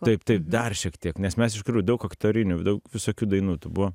taip taip dar šiek tiek nes mes iš tikrų daug aktorinių daug visokių dainų tų buvo